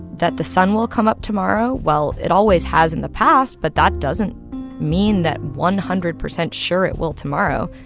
that the sun will come up tomorrow. well, it always has in the past, but that doesn't mean that one hundred percent sure it will tomorrow.